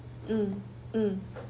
mm mm